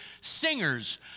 singers